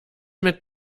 mit